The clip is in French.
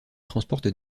transportent